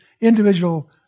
individual